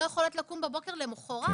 אבל לא יכולות לקום בבוקר למוחרת,